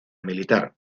militar